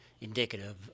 indicative